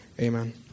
Amen